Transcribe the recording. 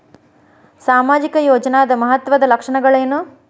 ಸಾಮಾಜಿಕ ಯೋಜನಾದ ಮಹತ್ವದ್ದ ಲಕ್ಷಣಗಳೇನು?